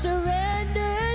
Surrender